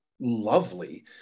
lovely